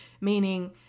meaning